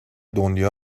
دنیا